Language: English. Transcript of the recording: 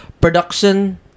Production